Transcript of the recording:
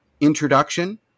introduction